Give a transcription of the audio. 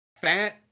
fat